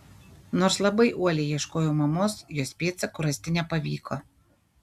nors labai uoliai ieškojau mamos jos pėdsakų rasti nepavyko